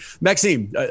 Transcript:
Maxime